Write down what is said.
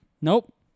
Nope